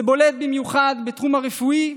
זה בולט במיוחד בתחום הרפואי,